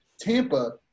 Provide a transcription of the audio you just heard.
Tampa